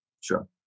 Sure